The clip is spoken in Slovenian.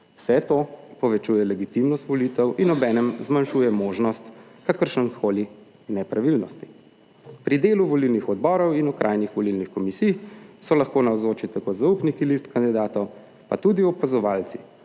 vse to povečuje legitimnost volitev in obenem zmanjšuje možnost kakršnihkoli nepravilnosti. Pri delu volilnih odborov in okrajnih volilnih komisij so lahko navzoči tako zaupniki list kandidatov, pa tudi opazovalci,